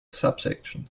subsection